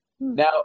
Now